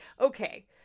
okay